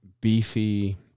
beefy